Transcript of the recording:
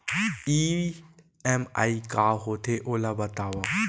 EMI का होथे, ओला बतावव